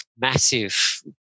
massive